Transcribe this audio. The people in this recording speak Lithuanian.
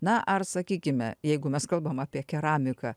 na sakykime jeigu mes kalbam apie keramiką